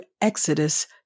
Exodus